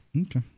Okay